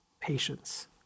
patience